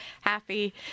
happy